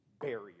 barrier